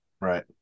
Right